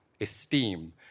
esteem